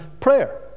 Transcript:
prayer